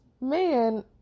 man